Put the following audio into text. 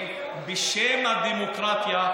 בשם הדמוקרטיה,